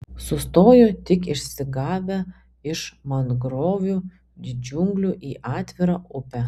sustojo tik išsigavę iš mangrovių džiunglių į atvirą upę